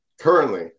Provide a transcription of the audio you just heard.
currently